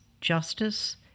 justice